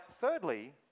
thirdly